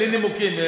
בלי נימוקים.